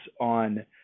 on